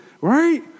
Right